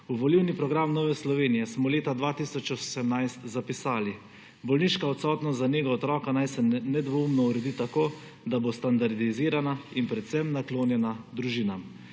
V volilni program Nove Slovenije smo leta 2018 zapisali: »Bolniška odsotnost za nego otroka naj se nedvoumno uredi tako, da bo standardizirana in predvsem naklonjena družinam.«